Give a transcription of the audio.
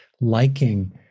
liking